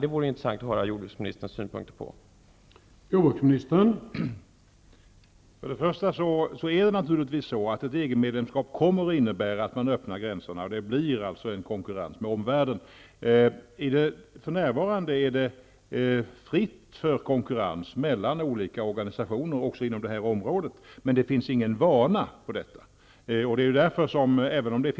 Det vore intressant att höra jordbruksministerns synpunkter på det.